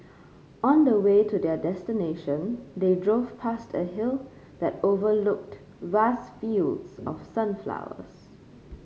on the way to their destination they drove past a hill that overlooked vast fields of sunflowers